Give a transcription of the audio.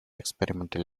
experimental